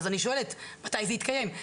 אז אני שואלת מתי זה יתקיים.